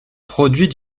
produit